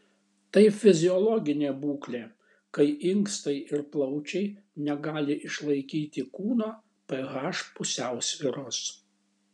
tai fiziologinė būklė kai inkstai ir plaučiai negali išlaikyti kūno ph pusiausvyros